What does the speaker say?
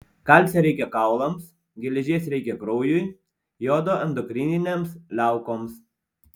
kalcio reikia kaulams geležies reikia kraujui jodo endokrininėms liaukoms